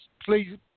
please